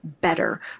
better